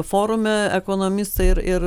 forume ekonomistai ir ir